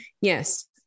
Yes